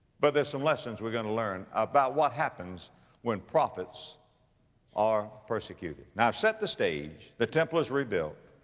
but there're some lessons we're gonna learn about what happens when prophets are persecuted. now i've set the stage, the temple is rebuilt.